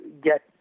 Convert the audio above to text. get